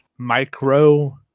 micro